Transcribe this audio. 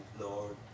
Lord